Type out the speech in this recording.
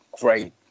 great